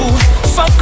Fuck